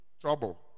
trouble